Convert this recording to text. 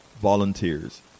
volunteers